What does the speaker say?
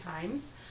times